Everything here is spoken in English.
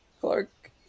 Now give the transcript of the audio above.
Clark